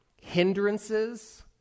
hindrances